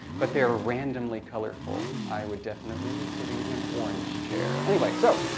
but they're randomly colorful. i would definitely be sitting in an orange chair. anyway, so